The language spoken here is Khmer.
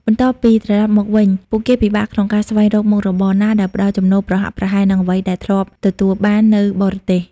បន្ទាប់ពីត្រឡប់មកវិញ ពួកគេពិបាកក្នុងការស្វែងរកមុខរបរណាដែលផ្តល់ចំណូលប្រហាក់ប្រហែលនឹងអ្វីដែលធ្លាប់ទទួលបាននៅបរទេស។